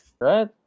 Right